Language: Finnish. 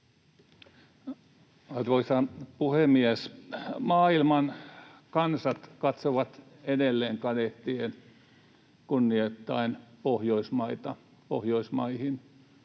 Arvoisa puhemies! Maailman kansat katsovat edelleen kadehtien, kunnioittaen Pohjoismaihin.